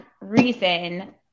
reason